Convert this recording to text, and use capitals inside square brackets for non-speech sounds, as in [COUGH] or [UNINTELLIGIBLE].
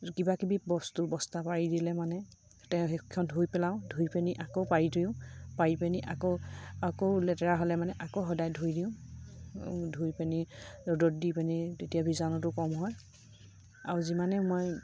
কিবাকিবি বস্তু বস্তা পাৰি দিলে মানে [UNINTELLIGIBLE] সেইখন ধুই পেলাওঁ ধুই পিনি আকৌ পাৰি দিওঁ পাৰি পিনি আকৌ আকৌ লেতেৰা হ'লে মানে আকৌ সদায় ধুই দিওঁ ধুই পিনি ৰ'দত দি পিনি তেতিয়া বিজাণুতো কম হয় আৰু যিমানে মই